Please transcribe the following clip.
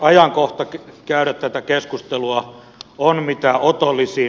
ajankohta käydä tätä keskustelua on mitä otollisin